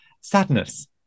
sadness